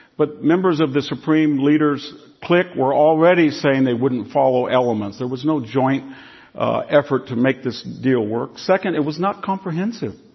but members of the supreme leader's clique were already saying they wouldn't follow elements. there was no joint effort to make this deal work. second, it was not comprehensive.